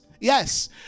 Yes